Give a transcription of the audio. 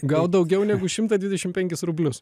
gaut daugiau negu šimtą dvidešimt penkis rublius